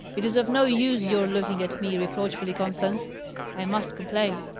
it is of no use your looking at me reproachfully, constance i must complain.